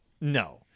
No